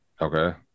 Okay